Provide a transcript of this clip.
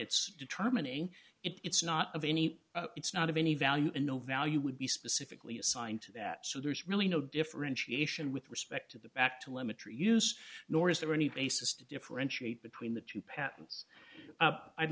it's determining it's not of any it's not of any value and no value would be specifically assigned to that so there's really no differentiation with respect to the back to limit tree use nor is there any basis to differentiate between the two